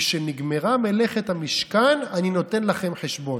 משנגמרה מלאכת המשכן, אני נותן לכם חשבון.